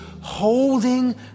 holding